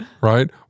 right